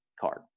card